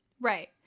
right